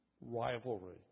rivalry